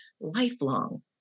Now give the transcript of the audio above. lifelong